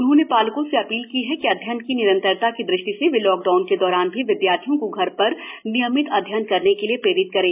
उन्होंने पालकों से अपील की है कि अध्ययन की निरंतरता की दृष्टि से वे लॉक डाउन के दौरान भी विदयार्थियों को घर पर नियमित अध्ययन करने के लिये प्रेरित करें